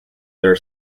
their